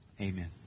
Amen